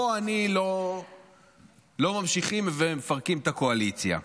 פה לא ממשיכים ומפרקים את הקואליציה,